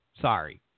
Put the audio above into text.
Sorry